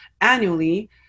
annually